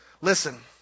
Listen